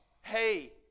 Hey